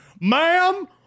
ma'am